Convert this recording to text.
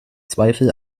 zweifel